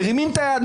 מרימים את היד,